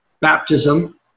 baptism